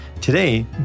Today